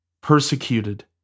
persecuted